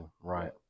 right